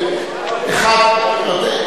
אחד,